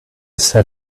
said